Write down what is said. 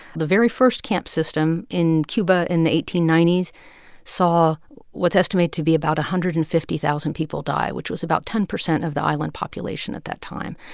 the very first camp system in cuba in the eighteen ninety s saw what's estimated to be about one hundred and fifty thousand people die, which was about ten percent of the island population at that time.